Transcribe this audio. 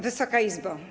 Wysoka Izbo!